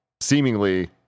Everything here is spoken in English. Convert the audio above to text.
seemingly